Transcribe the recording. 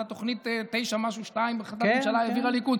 ואת התוכנית תשע משהו שתיים בהחלטת ממשלה העביר הליכוד.